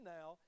now